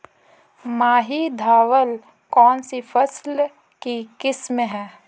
माही धवल कौनसी फसल की किस्म है?